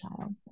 child